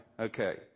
Okay